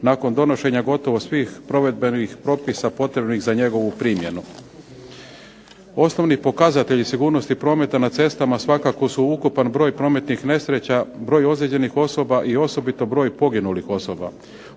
nakon donošenja gotovo svih provedbenih propisa potrebnih za njegovu primjenu. Osnovni pokazatelji sigurnosti prometa na cestama svakako su ukupan broj prometnih nesreća, broj ozlijeđenih osoba i osobito broj poginulih osoba.